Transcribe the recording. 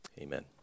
Amen